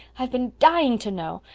i've been dying to know.